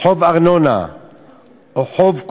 חוב ארנונה או חוב כלשהו,